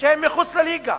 שהן מחוץ לליגה.